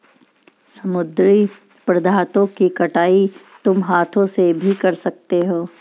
समुद्री पदार्थों की कटाई तुम हाथ से भी कर सकते हो